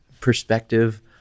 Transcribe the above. perspective